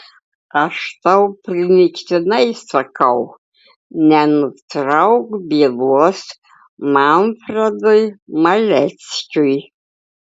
aš tau primygtinai sakau nenutrauk bylos manfredui maleckiui